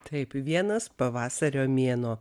taip vienas pavasario mėnuo